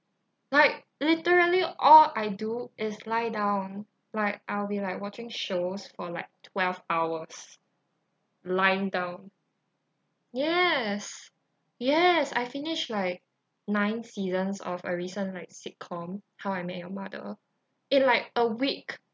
like literally all I do is lie down like I'll be like watching shows for like twelve hours lying down yes yes I finished like nine seasons of a recent like sitcom how I met your mother in like a week